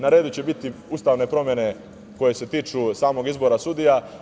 Na redu će biti ustavne promene koje se tiču samog izbora sudija.